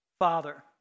Father